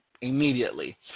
Immediately